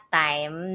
time